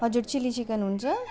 हजुर chilli chicken हुन्छ